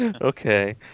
Okay